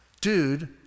Dude